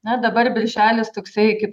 na dabar birželis toksai kaip